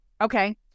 Okay